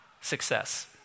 success